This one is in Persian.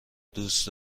دوست